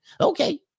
okay